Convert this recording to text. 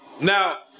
now